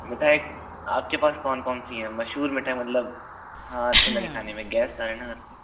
मिठाई आपके पास कौन कौन सी हैं मशहूर मिठाई मतलब हाँ अच्छी लगे खाने मे गेस्ट आये है ना घर पे